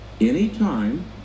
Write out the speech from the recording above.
anytime